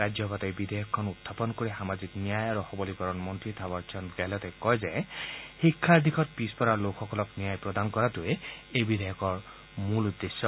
ৰাজ্যসভাত এই বিধেয়ক উখাপন কৰি সামাজিক ন্যায় আৰু সবলীকৰণ মন্ত্ৰী থাৱাৰচান্দ গেহলটে কয় যে শিক্ষাৰ দিশত পিছপৰা লোকসকলক ন্যায় প্ৰদান কৰাটোৱেই এই বিধেয়কৰ মূল উদ্দেশ্য